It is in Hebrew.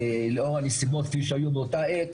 לאור הנסיבות כפי שהיו באותה עת,